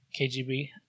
KGB